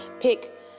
pick